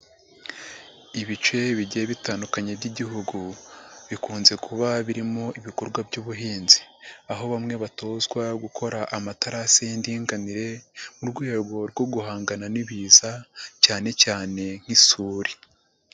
Ibice bigiye bitandukanye by'Igihugu bikunze kuba birimo ibikorwa by'ubuhinzi aho bamwe batozwa gukora amaterasi y'indinganire mu rwego rwo guhangana n'ibiza cyane cyane nk'isuri.